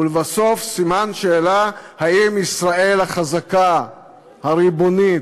ולבסוף, סימן שאלה: האם ישראל החזקה, הריבונית,